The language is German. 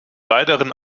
weiteren